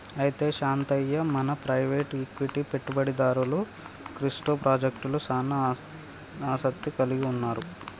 అయితే శాంతయ్య మన private equity పెట్టుబడిదారులు క్రిప్టో పాజెక్టలకు సానా ఆసత్తి కలిగి ఉన్నారు